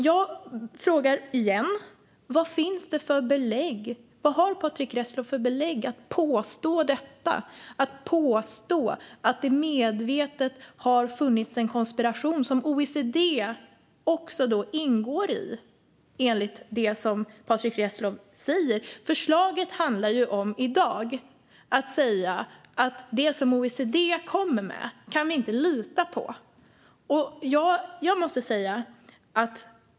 Jag frågar än en gång vilka belägg Patrick Reslow har för att påstå att det medvetet har funnits en konspiration som OECD också ingår i. Förslaget i dag handlar om att säga att det som OECD lägger fram kan vi inte lita på.